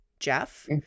Jeff